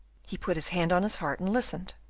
he put his hand on his heart, and listened.